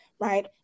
right